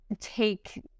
take